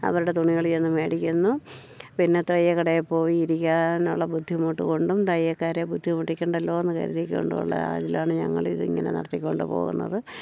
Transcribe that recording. അവരുടെ തുണികൾ ചെന്നു മേടിക്കുന്നു പിന്നെ തയ്യൽക്കടയിൽ പോയി ഇരിക്കാനുള്ള ബുദ്ധിമുട്ട് കൊണ്ടും തയ്യൽക്കാരെ ബുദ്ധിമുട്ടിക്കേണ്ടല്ലോ എന്ന് കരുതിക്കൊണ്ടുള്ള അതിലാണ് ഞങ്ങൾ ഇത് ഇങ്ങനെ നടത്തിക്കൊണ്ടു പോകുന്നത്